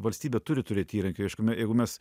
valstybė turi turėt įrankių aišku jeigu mes